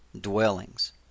dwellings